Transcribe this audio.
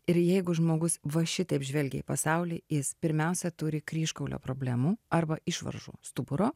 ir jeigu žmogus va šitaip žvelgia į pasaulį jis pirmiausia turi kryžkaulio problemų arba išvaržų stuburo